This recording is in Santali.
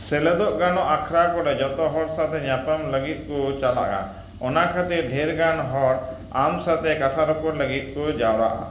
ᱥᱮᱞᱮᱫᱚᱜ ᱜᱟᱱᱚᱜ ᱟᱠᱷᱲᱟ ᱠᱚᱨᱮ ᱡᱷᱚᱛᱚ ᱦᱚᱲ ᱥᱟᱶᱛᱮ ᱧᱟᱯᱟᱢ ᱞᱟᱹᱜᱤᱫ ᱠᱚ ᱪᱟᱞᱟᱜᱼᱟ ᱚᱱᱟ ᱠᱷᱟᱹᱛᱤᱨ ᱰᱷᱮᱨ ᱜᱟᱱ ᱦᱚᱲ ᱟᱢ ᱥᱟᱶᱛᱮ ᱠᱟᱛᱷᱟ ᱨᱚᱯᱚᱲ ᱞᱟᱹᱜᱤᱫ ᱠᱚ ᱡᱟᱣᱨᱟᱜᱼᱟ